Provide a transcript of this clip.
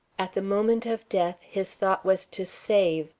at the moment of death his thought was to save,